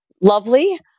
lovely